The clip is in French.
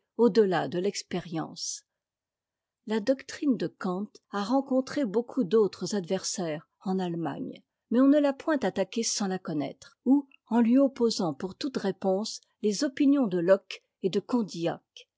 delà de l'expérience la doctrine de kant a rencontré beaucoup d'autres adversaires en allemagne mais on ne l'a point attaquée sans la conna re ou en lui opposant pour toute réponse les opinions de locke et de condillac